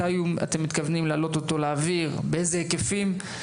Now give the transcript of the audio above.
מתי אתם מתכוונים להעלות אותו לאוויר ובאיזה היקפים?